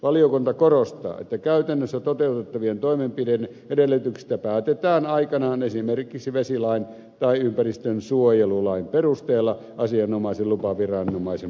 valiokunta korostaa että käytännössä toteutettavien toimenpiteiden edellytyksistä päätetään aikanaan esimerkiksi vesilain tai ympäristönsuojelulain perusteella asianomaisen lupaviranomaisen päätöksellä